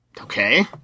Okay